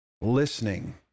listening